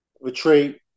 retreat